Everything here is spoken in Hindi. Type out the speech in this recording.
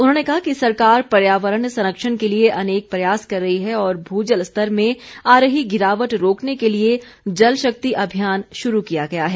उन्होंने कहा कि सरकार पर्यावरण संरक्षण के लिए अनेक प्रयास कर रही है और भूजल स्तर में आ रही गिरावट रोकने के लिए जल शक्ति अभियान शुरू किया गया है